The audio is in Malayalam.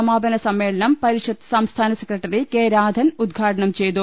സമാപന സമ്മേളനം പരിഷത്ത് സംസ്ഥാന സെക്രട്ടറി കെ രാധൻ ഉദ്ഘാടനം ചെയ്തു